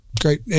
Great